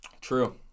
True